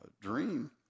dream